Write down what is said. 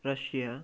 Russia